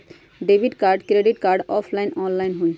Debit card credit card offline online होई?